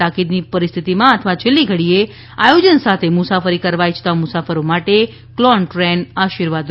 તાકીદની પરિસ્થિતિમાં અથવા છેલ્લી ઘડીએ આયોજન સાથે મુસાફરી કરવા ઈચ્છતા મુસાફરો માટે ક્લોન ટ્રેન આશિર્વા દરૂપ બનશે